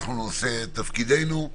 אנחנו נעשה את תפקידנו,